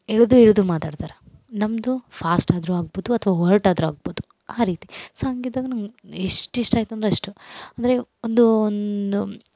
ಎಳೆದು ಎಳೆದು ಮಾತಾಡ್ತಾರೆ ನಮ್ಮದು ಫಾಸ್ಟ್ ಆದರು ಆಗ್ಬೋದು ಒರ್ಟ್ ಆದರು ಆಗ್ಬೋದು ಆ ರೀತಿ ಸೊ ಹಂಗಿದ್ದಾಗ ನಮ್ಗೆ ಎಷ್ಟು ಇಷ್ಟ ಆಯಿತು ಅಂದರೆ ಅಷ್ಟು ಅಂದರೆ ಒಂದು ಒಂದು